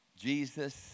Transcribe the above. Jesus